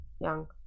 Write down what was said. young